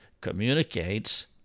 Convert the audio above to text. communicates